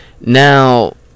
Now